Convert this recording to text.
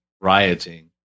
rioting